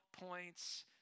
points